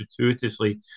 gratuitously